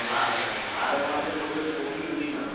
ആറ് മാസം കൂടുമ്പോൾ ഇത് പുതുക്കി വയ്ക്കുകയും വേണം